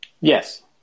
Yes